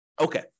Okay